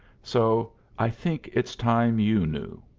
so i think it's time you knew.